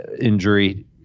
injury